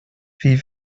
wie